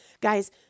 Guys